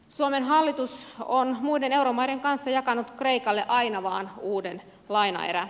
suomen hallitus on muiden euromaiden kanssa jakanut kreikalle aina vain uuden lainaerän